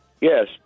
yes